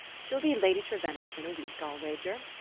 she'll be lady trevenna within a week, i'll wager.